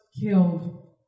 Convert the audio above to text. killed